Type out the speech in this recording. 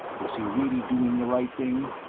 was he really doing the right thing?